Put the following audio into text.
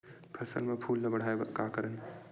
फसल म फूल ल बढ़ाय का करन?